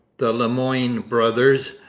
the le moyne brothers,